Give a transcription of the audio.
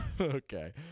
Okay